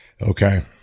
Okay